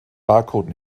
barcode